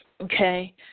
Okay